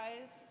guys